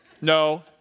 No